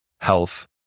health